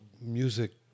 music